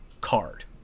card